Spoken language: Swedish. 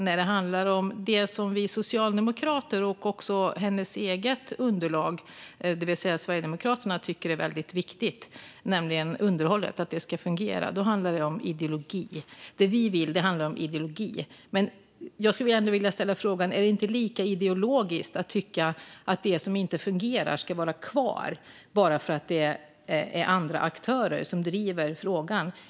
När det handlar om det som vi socialdemokrater och även regeringsunderlaget - det vill säga Sverigedemokraterna - tycker är viktigt, nämligen att underhållet ska fungera, är hon dock väldigt tydlig med att det handlar om ideologi. Det vi vill handlar tydligen om ideologi. Jag skulle ändå vilja ställa frågan om det inte är lika ideologiskt att tycka att det som inte fungerar ska vara kvar bara för att det är andra aktörer som driver det.